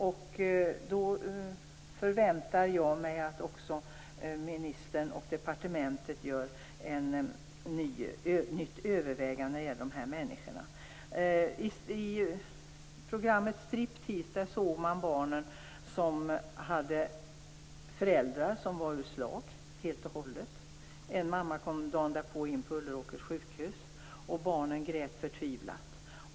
Jag förväntar mig att också ministern och departementet gör ett nytt övervägande när det gäller de här människorna. I programmet Striptease fick man se barn med föräldrar som helt och hållet var ur slag. En mamma kom dagen därpå in på Ulleråkers sjukhus, och barnen grät förtvivlat.